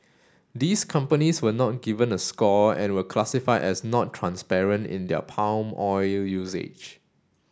these companies were not given a score and were classified as not transparent in their palm oil usage